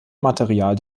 material